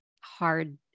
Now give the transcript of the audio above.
hard